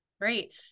great